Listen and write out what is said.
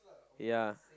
ya